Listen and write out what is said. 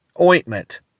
ointment